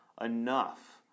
enough